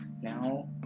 Now